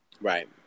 Right